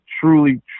truly